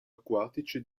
acquatici